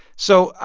so,